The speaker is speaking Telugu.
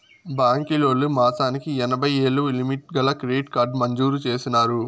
బాంకీలోల్లు మాసానికి ఎనభైయ్యేలు లిమిటు గల క్రెడిట్ కార్డు మంజూరు చేసినారు